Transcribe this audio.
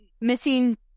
Missing